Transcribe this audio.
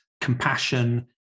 compassion